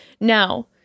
Now